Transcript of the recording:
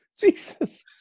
Jesus